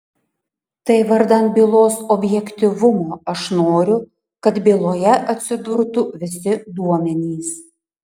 tai vardan bylos objektyvumo aš noriu kad byloje atsidurtų visi duomenys